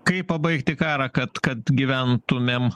kaip pabaigti karą kad kad gyventumėm